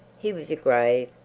he was a grave,